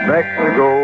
Mexico